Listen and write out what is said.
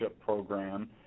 program